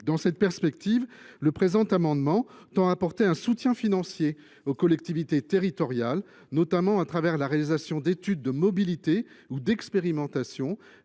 Dans cette perspective, cet amendement tend à apporter un soutien financier aux collectivités territoriales, notamment au moyen de la réalisation d’études de mobilité ou d’expérimentations,